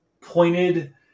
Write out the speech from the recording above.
pointed